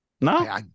No